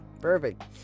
Perfect